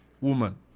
woman